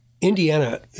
Indiana